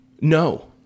no